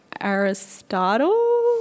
Aristotle